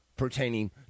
pertaining